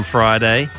Friday